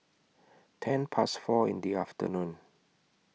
ten Past four in The afternoon